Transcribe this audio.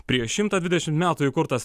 prieš šimtą dvidešim metų įkurtas